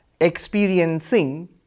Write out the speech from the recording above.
Experiencing